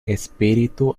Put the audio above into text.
espíritu